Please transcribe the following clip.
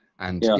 and yeah.